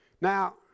Now